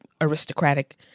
aristocratic